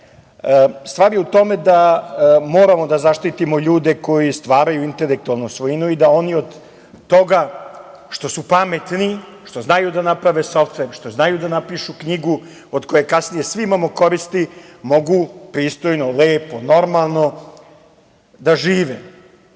čeka. Stvar je u tome da moramo da zaštitimo ljude koji stvaraju intelektualnu svojinu i da oni od toga što su pametni, što znaju da naprave softver, što znaju da napišu knjigu od koje kasnije svi imamo koristi, mogu pristojno, lepo, normalno da žive,